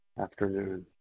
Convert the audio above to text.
afternoon